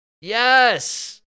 yes